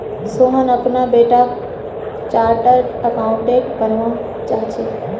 सोहन अपना बेटाक chartered accountant बनवा चाह्चेय